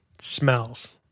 Smells